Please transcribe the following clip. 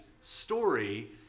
story